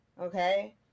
Okay